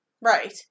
Right